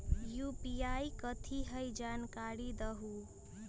UPI कथी है? जानकारी दहु